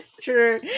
true